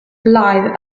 live